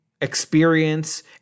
experience